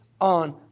on